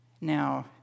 Now